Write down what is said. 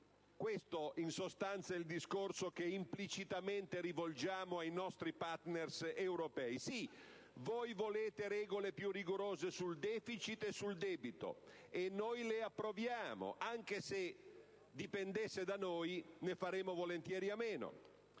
Questo, in sostanza, il discorso che implicitamente rivolgiamo ai nostri *partner* europei: sì, voi volete regole più rigorose sul *deficit* e sul debito, e noi le approviamo, anche se, dipendesse da noi, ne faremmo volentieri a meno,